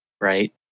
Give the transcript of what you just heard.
right